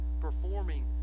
performing